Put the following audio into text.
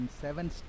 seven